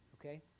Okay